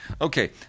Okay